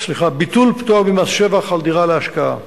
ביטול פטור ממס שבח על דירה להשקעה.